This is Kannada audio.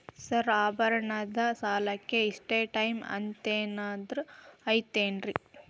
ಸರ್ ಆಭರಣದ ಸಾಲಕ್ಕೆ ಇಷ್ಟೇ ಟೈಮ್ ಅಂತೆನಾದ್ರಿ ಐತೇನ್ರೇ?